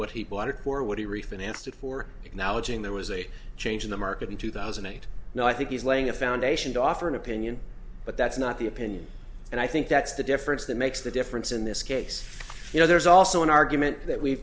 what he bought it for what he refinanced it for acknowledging there was a change in the market in two thousand and eight now i think he's laying a foundation to offer an opinion but that's not the opinion and i think that's the difference that makes the difference in this case you know there's also an argument that we